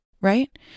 right